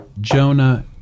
Jonah